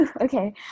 Okay